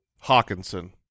Hawkinson